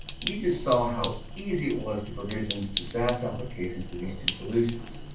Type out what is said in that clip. we just saw how easy it was to provision to saas applications with these two solutions.